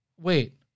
wait